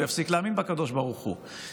הוא יפסיק להאמין בקדוש ברוך הוא,